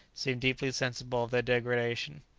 seemed deeply sensible of their degradation.